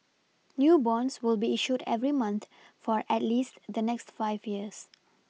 new bonds will be issued every month for at least the next five years